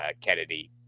Kennedy